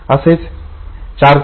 असेच चारचा गट करणेही शक्य होईल